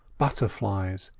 butterflies,